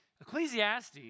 Ecclesiastes